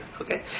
okay